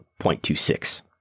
0.26